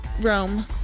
Rome